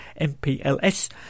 MPLS